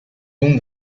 room